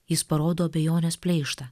jis parodo abejonės pleištą